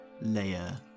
layer